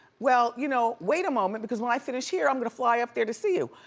well, you know wait a moment, because when i finish here, i'm gonna fly up there to see you.